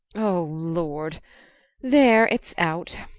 oh, lord there, it's out!